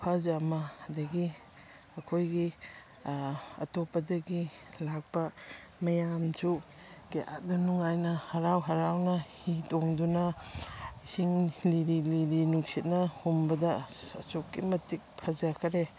ꯈꯨꯐꯖ ꯑꯃ ꯑꯗꯒꯤ ꯑꯩꯈꯣꯏꯒꯤ ꯑꯇꯣꯞꯄꯗꯒꯤ ꯂꯥꯛꯄ ꯃꯌꯥꯝꯁꯨ ꯀꯌꯥꯗ ꯅꯨꯡꯉꯥꯏꯅ ꯍꯔꯥꯎ ꯍꯔꯥꯎꯅ ꯍꯤ ꯇꯣꯡꯗꯨꯅ ꯏꯁꯤꯡ ꯂꯤꯔꯤ ꯂꯤꯔꯤ ꯅꯨꯡꯁꯤꯠꯅ ꯍꯨꯝꯕꯗ ꯑꯁ ꯑꯁꯨꯛꯀꯤ ꯃꯇꯤꯛ ꯐꯖꯈ꯭ꯔꯦ